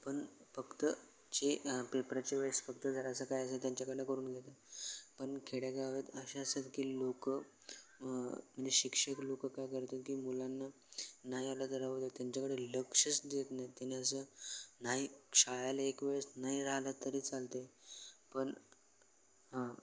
पण फक्त जे पेपराच्या वेळेस फक्त जरासं काय असेल त्यांच्याकडनं करून घेतं पण खेडेगावात असे असतात की लोकं म्हणजे शिक्षक लोकं काय करतात की मुलांना नाही आलं तर राहू देत त्यांच्याकडे लक्षच देत नाही त्यांना असं नाही शाळेला एकवेळेस नाही राहिलं तरी चालते पण हां